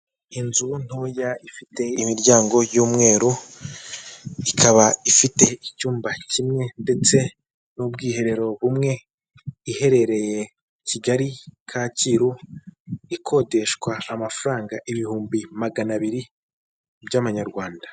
Inzu ntoya ifite imiryango y'umweru, ikaba ifite icyumba kimwe ndetse n'ubwiherero bumwe, iherereye Kigali, Kacyiru, ikodeshwa amafaranga ibihumbi magana abiri by'amanyarwanda.